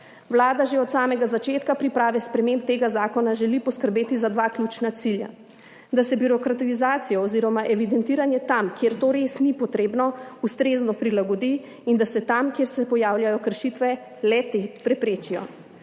Vlada že od samega začetka priprave sprememb tega zakona želi poskrbeti za dva ključna cilja, da se birokratizacijo oziroma evidentiranje tam, kjer to res ni potrebno, ustrezno prilagodi in da se tam, kjer se pojavljajo kršitve, le-te preprečijo.